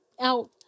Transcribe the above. out